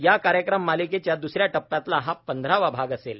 याकार्यक्रम मालिकेच्या द्सऱ्या टप्प्यातला हा पंधरावा भाग असेल